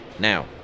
Now